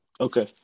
okay